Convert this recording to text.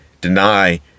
deny